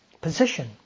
Position